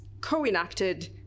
co-enacted